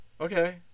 Okay